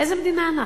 איזה מדינה אנחנו?